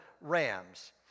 rams